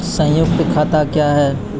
संयुक्त खाता क्या हैं?